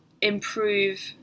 improve